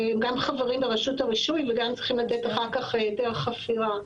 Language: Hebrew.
גם חברים ברשות הרישוי וגם צריכים לתת אחר כך היתר חפירה.